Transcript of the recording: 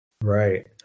Right